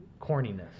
corniness